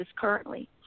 currently